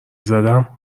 زدم